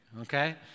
okay